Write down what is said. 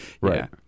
right